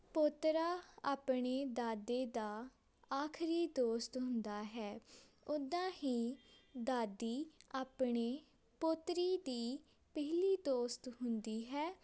ਪੋਤਰਾ ਆਪਣੇ ਦਾਦੇ ਦਾ ਆਖਰੀ ਦੋਸਤ ਹੁੰਦਾ ਹੈ ਉੱਦਾਂ ਹੀ ਦਾਦੀ ਆਪਣੇ ਪੋਤਰੀ ਦੀ ਪਹਿਲੀ ਦੋਸਤ ਹੁੰਦੀ ਹੈ